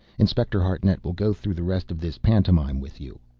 inspector hartnett will go through the rest of this pantomime with you.